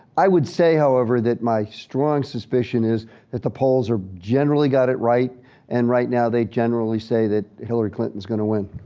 i would say, however, that my strong suspicion is that the polls are generally got it right and right now, they generally say that hillary clinton's gonna win.